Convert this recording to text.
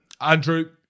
Andrew